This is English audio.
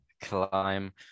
climb